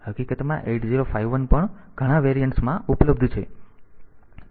હકીકતમાં 8051 પણ ઘણા વેરિયન્ટ્સ માં ઉપલબ્ધ છે